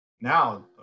Now